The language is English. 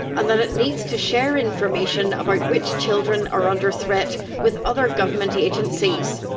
and that it needs to share information about which children are under threat with other government agencies.